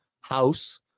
house